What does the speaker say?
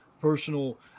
personal –